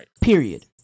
Period